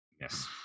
yes